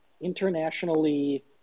internationally